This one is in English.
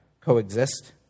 coexist